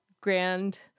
grand